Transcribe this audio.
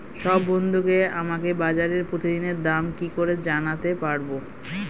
সব বন্ধুকে আমাকে বাজারের প্রতিদিনের দাম কি করে জানাতে পারবো?